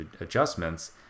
adjustments